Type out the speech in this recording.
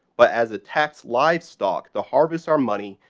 but as a tax, livestock the harvest our money,